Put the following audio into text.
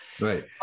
Right